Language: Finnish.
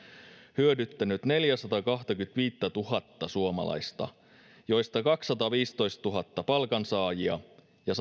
hyödyttänyt neljääsataakahtakymmentäviittätuhatta suomalaista joista kaksisataaviisitoistatuhatta on palkansaajia ja